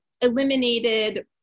eliminated